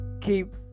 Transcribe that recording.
Keep